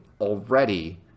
already